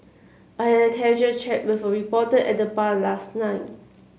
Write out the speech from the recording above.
I had a casual chat with a reporter at the bar last night